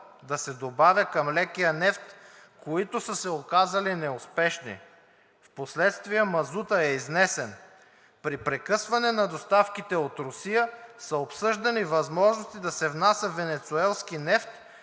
да се добавя към лекия нефт, които са се оказали неуспешни. Впоследствие мазутът е изнесен, при прекъсване на доставките от Русия са обсъждани възможности да се внася венецуелски нефт,